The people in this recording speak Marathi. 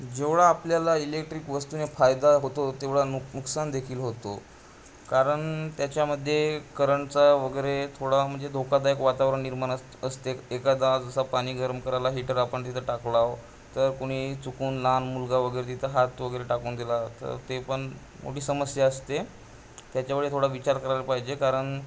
जेवढा आपल्याला इलेक्ट्रिक वस्तूने फायदा होतो तेवढा नु नुकसानदेखील होतो कारण त्याच्यामध्ये करंटचा वगैरे थोडा म्हणजे धोकादायक वातावरण निर्माण असत असते एखादा जसा पाणी गरम करायला हीटर आपण तिथं टाकलाव तर कुणी चुकून लहान मुलगा वगैरे तिथं हात वगैरे टाकून दिला तर ते पण मोठी समस्या असते त्याच्यामुळे थोडा विचार करायला पाहिजे कारण